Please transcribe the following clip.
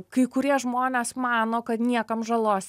kai kurie žmonės mano kad niekam žalos